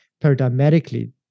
paradigmatically